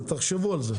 תחשבו על זה.